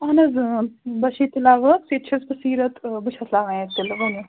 اَہَن حظ بٔشیٖر تِلا ؤرکس ییٚتہِ چھَس بہٕ سیٖرت بہٕ چھَس لاگان ییٚتہِ تِلہٕ ؤنِو